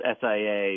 SIA